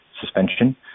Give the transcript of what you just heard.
suspension